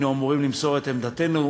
היינו אמורים למסור את עמדתנו